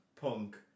Punk